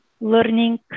learning